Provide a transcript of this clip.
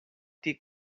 die